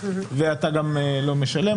ואתה גם לא משלם.